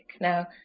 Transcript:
Now